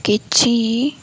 କିଛି